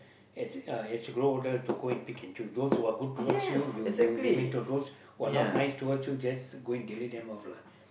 is grow older to go and pick and choose those who are good towards you you you remain to who are not nice towards you just go and delete them off lah